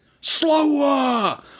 slower